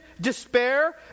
despair